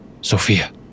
Sophia